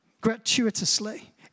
Gratuitously